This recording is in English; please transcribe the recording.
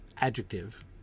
adjective